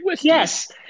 Yes